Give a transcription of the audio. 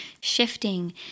shifting